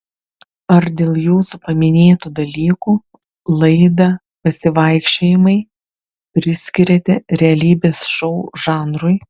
ar dėl jūsų paminėtų dalykų laidą pasivaikščiojimai priskiriate realybės šou žanrui